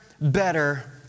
better